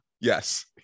Yes